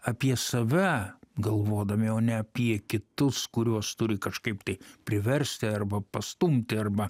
apie save galvodami o ne apie kitus kuriuos turi kažkaip tai priversti arba pastumti arba